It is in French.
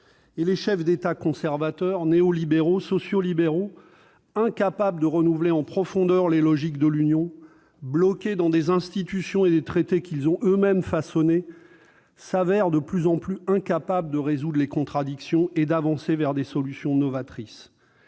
Et les chefs d'État conservateurs, néo-libéraux ou sociaux libéraux, incapables de renouveler en profondeur les logiques de l'Union européenne, bloqués dans des institutions et des traités qu'ils ont eux-mêmes façonnés, se révèlent de plus en plus inaptes à résoudre les contradictions et à avancer vers des solutions novatrices.